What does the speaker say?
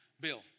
Bill